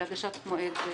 להגשת דוחות מבקר המדינה.